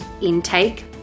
intake